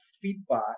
feedback